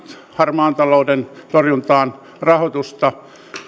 harmaan talouden torjuntaan rahoitusta ja nyt myös